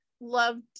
loved